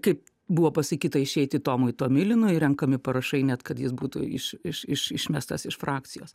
kaip buvo pasakyta išeiti tomui tomilinui renkami parašai net kad jis būtų iš iš iš išmestas iš frakcijos